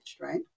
right